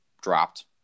dropped